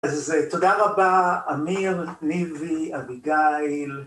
אז תודה רבה, אמיר, ניבי, אביגיל.